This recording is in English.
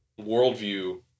worldview